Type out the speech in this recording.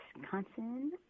Wisconsin